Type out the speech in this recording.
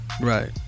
Right